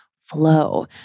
flow